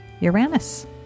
uranus